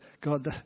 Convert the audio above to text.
God